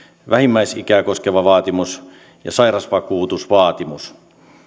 vähimmäisikää koskeva vaatimus ja sairausvakuutusvaatimus